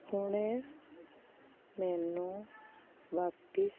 ਹੁਣ ਮੈਨੂੰ ਵਾਪਿਸ